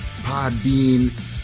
Podbean